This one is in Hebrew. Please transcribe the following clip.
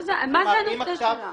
מה זה "הנושא שלה"?